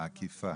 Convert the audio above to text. האכיפה.